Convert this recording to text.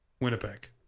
Winnipeg